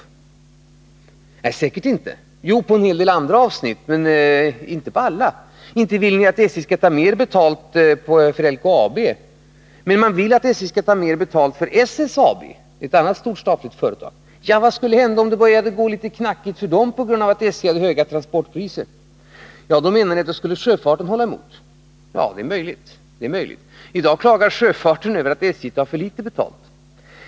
Kanske är man beredd att göra det på en hel del avsnitt men säkert inte på alla. Inte vill man att SJ skall ta mer betalt av LKAB, men man vill att SJ skall ta mer betalt av SSAB, ett annat stort statligt företag. Vad skulle hända om det började gå litet knackigt för de här företagen på grund av att SJ hade höga transportpriser? Då menar ni att sjöfarten skulle hålla emot. Ja, det är möjligt. Men i dag klagar sjöfarten över att SJ tar för litet betalt.